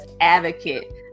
advocate